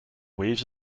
waves